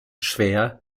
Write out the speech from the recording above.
schwer